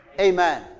Amen